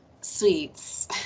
Sweets